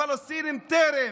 הפלסטינים, טרם.